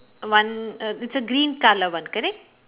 one uh it's a green colour one correct